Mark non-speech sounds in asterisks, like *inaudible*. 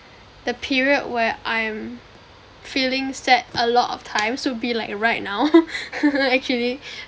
the period where I am feeling sad a lot of times would be like right now *laughs* actually